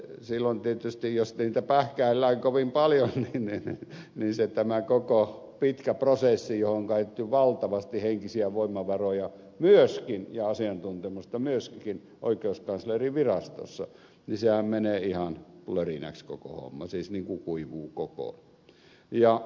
silloin tietysti jos niitä pähkäillään kovin paljon tämä koko pitkä prosessi johon on käytetty valtavasti henkisiä voimavaroja ja asiantuntemusta myöskin oikeuskanslerinvirastossa menee ihan plörinäksi koko homma siis niin kuin kuivuu kokoon